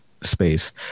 space